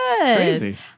Crazy